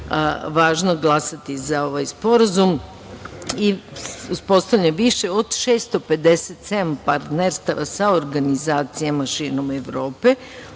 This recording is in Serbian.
važno glasati za ovaj Sporazum. Uspostavljeno je više od 657 partnerstava sa organizacijama širom Evrope. Ukupna